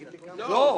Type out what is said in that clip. לא.